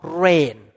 rain